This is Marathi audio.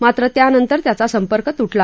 मात्र त्यांनतर त्याचा संपर्क तुटला